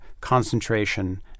concentration